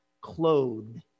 clothed